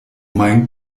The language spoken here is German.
mein